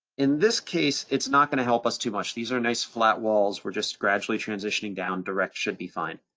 in this case, it's not gonna help us too much. these are nice flat walls, we're just gradually transitioning down direct should be fine.